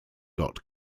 dot